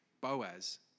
Boaz